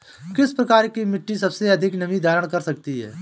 किस प्रकार की मिट्टी सबसे अधिक नमी धारण कर सकती है?